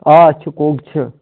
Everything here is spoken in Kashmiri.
آ چھُ کۄنٛگ چھُ